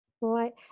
right